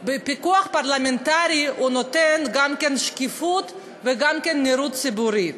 כי פיקוח פרלמנטרי נותן גם שקיפות וגם נראות ציבורית.